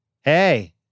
hey